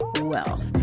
wealth